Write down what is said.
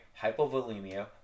hypovolemia